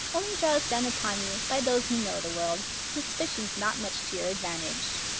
only draws down upon you, by those who know the world, suspicions not much to your advantage.